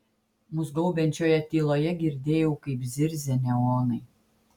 mus gaubiančioje tyloje girdėjau kaip zirzia neonai